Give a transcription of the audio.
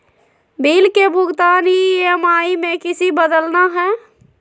Bill के भुगतान EMI में किसी बदलना है?